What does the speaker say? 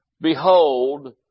behold